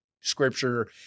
scripture